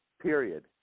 period